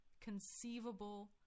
conceivable